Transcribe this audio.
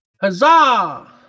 Huzzah